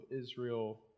Israel